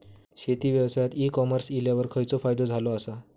शेती व्यवसायात e commerce इल्यावर खयचो फायदो झालो आसा?